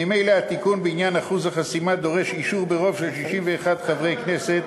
ממילא התיקון בעניין אחוז החסימה דורש אישור ברוב של 61 חברי כנסת,